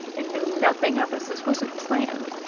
and knew nothing of us. this wasn't planned.